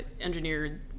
engineered